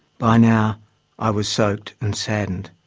by now i was soaked and saddened.